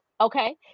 Okay